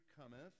cometh